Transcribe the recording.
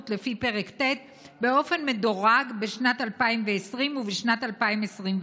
לפי פרק ט' באופן מדורג בשנת 2020 ובשנת 2021,